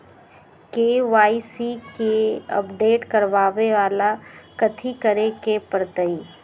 KYC के update करवावेला कथि करें के परतई?